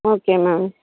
okay ma'am